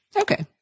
Okay